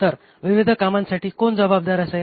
तर विविध कामांसाठी कोण जबाबदार असेल